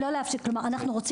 אנחנו,